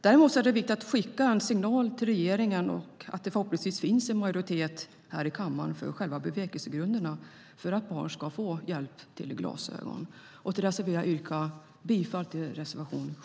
Däremot är det viktigt att skicka en signal till regeringen om att det förhoppningsvis finns majoritet här i kammaren för själva bevekelsegrunderna för att barn ska få hjälp med glasögon. Jag vill yrka bifall till reservation 7.